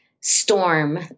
storm